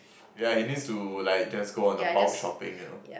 yeah he needs to like just go on a bulk shopping you know